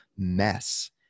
Mess